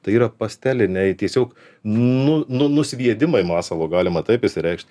tai yra pasteliniai tiesiog nu nu nusviedimai masalo galima taip išsireikšt